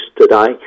today